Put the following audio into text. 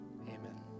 Amen